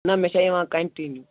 نہَ مےٚ چھِ یِوان کنٹِنیٛوٗ